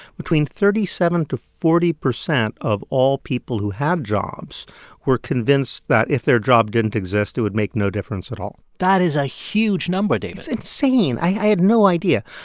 between thirty seven to forty percent of all people who had jobs were convinced that if their job didn't exist, it would make no difference at all that is a huge number, david it's. i had no idea.